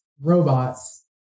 robots